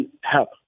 help